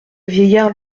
vieillard